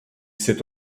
s’est